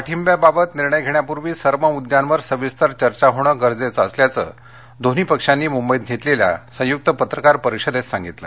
पाठिंब्याबाबत निर्णय घेण्यापूर्वी सर्व मुद्द्यांवर सविस्तर चर्चा होणं गरजेचं असल्याचं दोन्ही पक्षांनी मुंबईत घेतलेल्या संयुक्त पत्रकार परिषदेत सांगितलं